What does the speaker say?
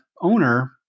owner